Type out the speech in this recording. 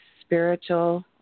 spiritual